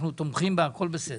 אנחנו תומכים והכל בסדר,